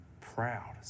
proud